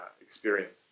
experience